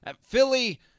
Philly